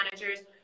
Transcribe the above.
managers